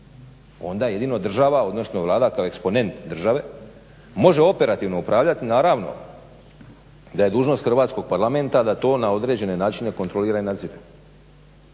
onda jedino država, odnosno Vlada kao eksponent države može operativno upravljati naravno da je dužnost Hrvatskog parlamenta da to na određene načine kontrolira i nadzire.